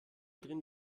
drehen